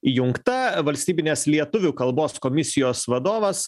įjungta valstybinės lietuvių kalbos komisijos vadovas